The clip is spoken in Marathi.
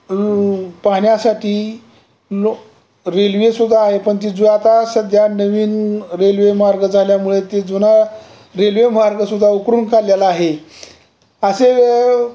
पाहण्यासाठी लो रेल्वेसुद्धा आहे पण ती जु आता सध्या नवीन रेल्वे मार्ग झाल्यामुळे ते जुना रेल्वे मार्गसुद्धा उकरून काढलेला आहे असे